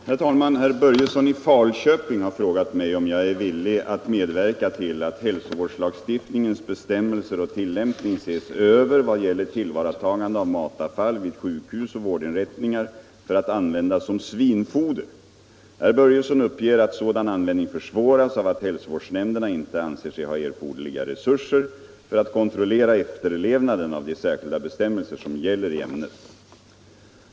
Herr talman! Herr Börjesson i Falköping har frågat mig om jag är villig att medverka till att hälsovårdslagstiftningens bestämmelser och tillämpning ses över i vad gäller tillvaratagande av matavfall vid sjukhus och vårdinrättningar för användning som svinfoder. Herr Börjesson uppger att sådan användning försvåras av att hälsovårdsnämnderna inte anser sig ha erforderliga resurser för att kontrollera efterlevnaden av de särskilda bestämmelser som gäller i ämnet.